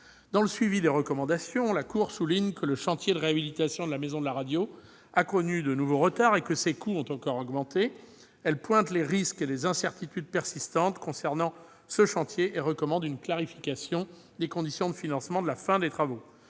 Dans le suivi des recommandations, la Cour des comptes souligne que le chantier de réhabilitation de la Maison de la radio a connu de nouveaux retards et que ses coûts ont encore augmenté. Elle pointe les risques et les incertitudes persistantes concernant ce chantier et recommande une clarification des conditions de financement de la fin des travaux.